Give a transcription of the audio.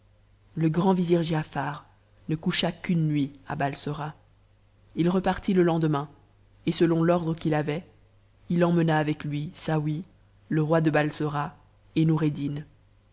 le grand vizir giafar ne coucha qu'une nuit à balsora il repartit te lendemain et selon l'ordre qu'il avait il emmena avec lui saouy le roi de balsora et noureddin